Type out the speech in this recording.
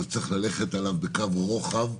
אז צריך ללכת עליו בקו רוחב,